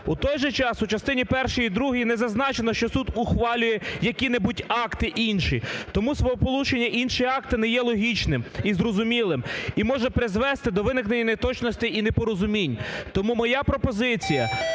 В той же час, в частині першій і другій не зазначено, що суд ухвалює які-небудь акти інші. Тому словосполучення "інші акти" не є логічним і зрозумілим, і може призвести до виникнення неточностей і непорозумінь. Тому моя пропозиція: